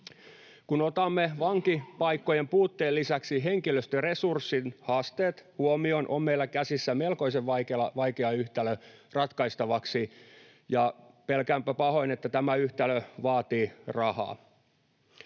huomioon vankipaikkojen puutteen lisäksi henkilöstöresurssin haasteet, on meillä käsissä melkoisen vaikea yhtälö ratkaistavaksi, ja pelkäänpä pahoin, että tämä yhtälö vaatii rahaa.